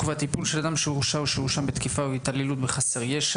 והטיפול של אדם שהורשע או שמואשם בתקיפה או בהתעללות בחסר ישע,